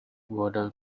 wooden